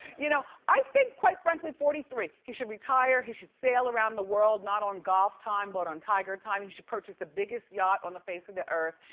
you know i think quite frankly forty three. he should retire, he should sail around the world, not on golf time, but on tiger time. he should purchase the biggest yacht on the face of the earth.